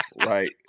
right